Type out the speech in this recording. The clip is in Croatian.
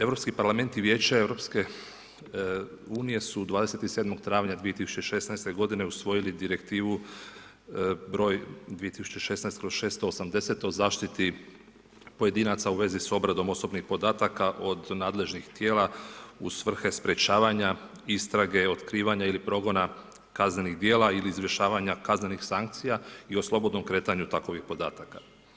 Europski parlament i Vijeće EU su 27. travnja 2016. godine usvojili direktivu broj 2016/680 o zaštiti pojedinaca u vezi s obradom osobnih podataka od nadležnih tijela u svrhe sprječavanja istrage, otkrivanja ili progona kaznenih djela ili izvršavanja kaznenih sankcija i o slobodnom kretanju takovih podataka.